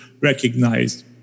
recognized